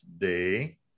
Day